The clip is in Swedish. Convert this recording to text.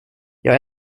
jag